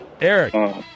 Eric